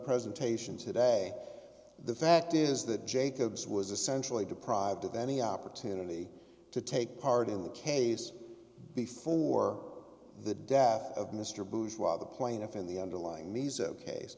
presentation today the fact is that jacobs was essentially deprived of any opportunity to take part in the case before the death of mr bush while the plaintiff in the underlying